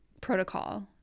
protocol